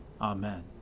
Amen